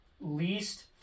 least